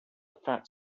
fat